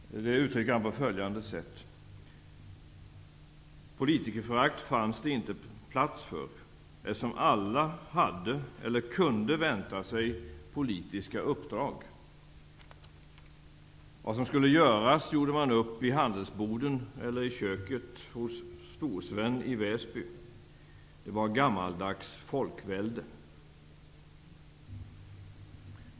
Han uttrycker det på följande sätt: ''Politikerförakt fanns det inte plats för, eftersom alla hade eller kunde vänta sig politiska uppdrag. Vad som skulle göras gjorde man upp i handelsboden eller i köket hos Stor-Sven i Väsby. Det var gammaldags folkvälde.''